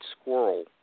squirrel